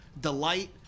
delight